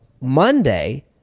Monday